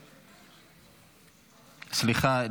סליחה,